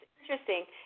interesting